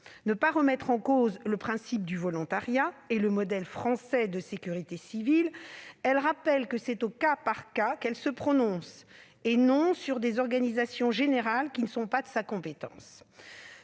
ne remettre en cause ni le principe du volontariat ni le modèle français de sécurité civile, elle rappelle que c'est au cas par cas qu'elle se prononce, et non sur des organisations générales qui ne sont pas de sa compétence.